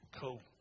Cool